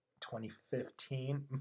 2015